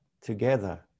together